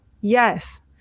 Yes